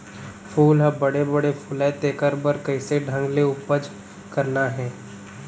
फूल ह बड़े बड़े फुलय तेकर बर कइसे ढंग ले उपज करना हे